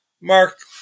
Mark